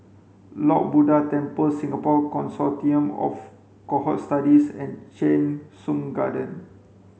Lord Buddha Temple Singapore Consortium of Cohort Studies and Cheng Soon Garden